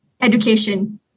education